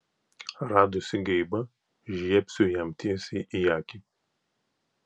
radusi geibą žiebsiu jam tiesiai į akį